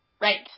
Right